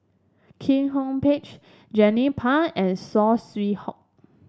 Kwek Hong Pitch Jernnine Pang and Saw Swee Hock